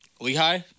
Lehigh